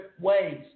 ways